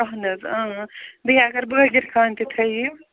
اَہن حظ بیٚیہِ اگر بٲگِر خٲنۍ تہِ تھٲہِو